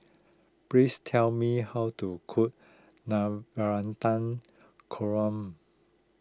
please tell me how to cook Navratan Korm